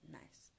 nice